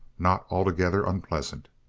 not altogether unpleasant.